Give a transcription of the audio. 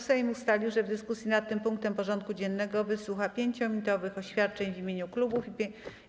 Sejm ustalił, że w dyskusji nad tym punktem porządku dziennego wysłucha 5-minutowych oświadczeń w imieniu klubów